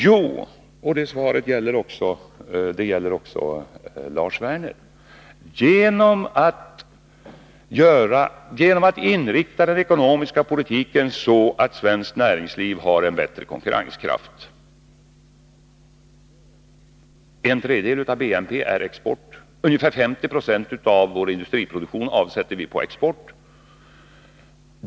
Jo, — och det svaret gäller också Lars Werner — genom att inrikta den ekonomiska politiken så att svenskt näringsliv får en bättre konkurrenskraft. En tredjedel av BNP är export. Ungefär 50 96 av vår industriproduktion avsätter vi på export.